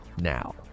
now